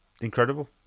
Incredible